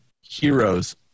heroes